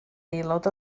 aelod